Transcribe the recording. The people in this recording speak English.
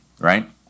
right